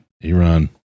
Iran